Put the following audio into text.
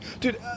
dude